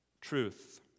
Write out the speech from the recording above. truth